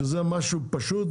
שזה משהו פשוט,